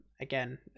Again